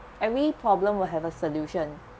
every problem will have a solution